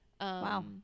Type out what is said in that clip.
Wow